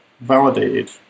validated